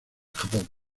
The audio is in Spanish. japón